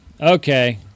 Okay